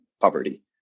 poverty